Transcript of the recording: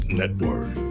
network